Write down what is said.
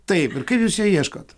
taip ir kaip jūs jo ieškot